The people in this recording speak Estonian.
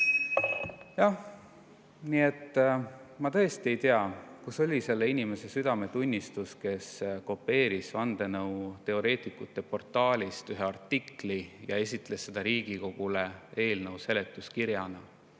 kella.) Ma tõesti ei tea, kus oli selle inimese südametunnistus, kes kopeeris vandenõuteoreetikute portaalist ühe artikli ja esitles seda Riigikogule eelnõu seletuskirjana.